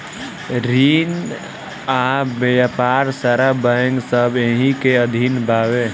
रिन आ व्यापार सारा बैंक सब एही के अधीन बावे